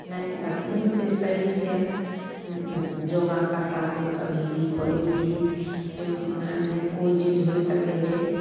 नहि अथी होतय शरीरके योगा करलासँ कभी भी पयर भी मे ने कोइ चीज होइ सकय छै